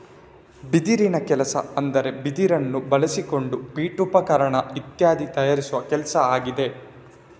ಬಿದಿರಿನ ಕೆಲಸ ಅಂದ್ರೆ ಬಿದಿರನ್ನ ಬಳಸಿಕೊಂಡು ಪೀಠೋಪಕರಣ ಇತ್ಯಾದಿ ತಯಾರಿಸುವ ಕೆಲಸ ಆಗಿದೆ